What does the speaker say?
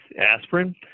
aspirin